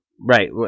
Right